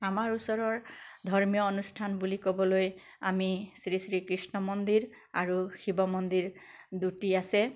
আমাৰ ওচৰৰ ধৰ্মীয় অনুষ্ঠান বুলি ক'বলৈ আমি শ্ৰী শ্ৰীকৃষ্ণ মন্দিৰ আৰু শিৱ মন্দিৰ দুটি আছে